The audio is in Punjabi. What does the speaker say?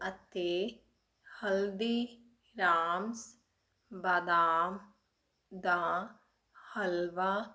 ਅਤੇ ਹਲਦੀਰਾਮਸ ਬਦਾਮ ਦਾ ਹਲਵਾ